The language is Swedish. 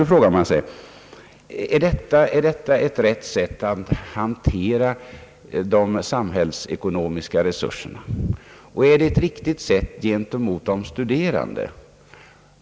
Då frågar man sig: Är detta ett riktigt sätt gentemot de studerande och ett riktigt sätt att hantera de samhällsekonomiska resurserna?